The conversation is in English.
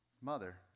mother